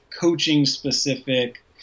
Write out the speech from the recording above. coaching-specific